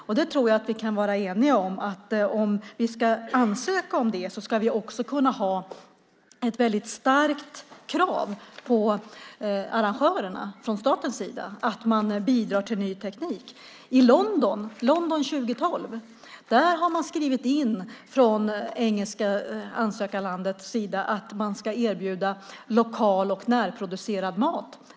Jag tror att vi kan vara eniga om att om vi ska ansöka om vinter-OS ska vi också kunna ha mycket höga krav på arrangörerna från statens sida att de bidrar till ny teknik. I sin ansökan för London-OS 2012 har England skrivit in att man ska erbjuda lokal och närproducerad mat.